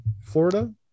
Florida